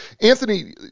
Anthony